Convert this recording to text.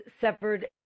severed